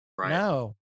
no